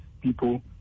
people